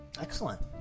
Excellent